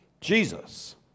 Jesus